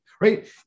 right